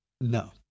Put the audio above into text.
No